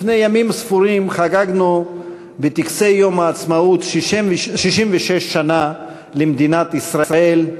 לפני ימים ספורים חגגנו בטקסי יום העצמאות 66 שנה למדינת ישראל,